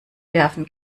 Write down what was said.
werfen